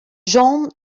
jean